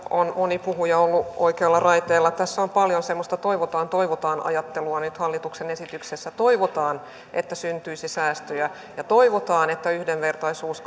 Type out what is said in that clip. on moni puhuja ollut oikealla raiteella tässä on paljon semmoista toivotaan toivotaan ajattelua nyt hallituksen esityksessä toivotaan että syntyisi säästöjä ja toivotaan että yhdenvertaisuus